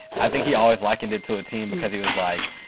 i think he always likened it to a team because he was like,